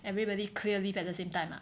everybody clear leave at the same time ah